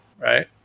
right